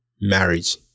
marriage